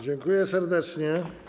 Dziękuję serdecznie.